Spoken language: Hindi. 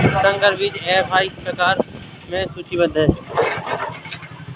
संकर बीज एफ.आई प्रकार में सूचीबद्ध है